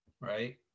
right